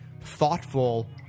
thoughtful